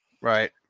Right